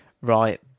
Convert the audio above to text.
Right